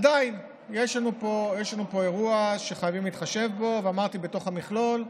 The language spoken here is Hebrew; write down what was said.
עדיין יש לנו פה אירוע שחייבים להתחשב בו בתוך המכלול,